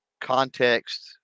context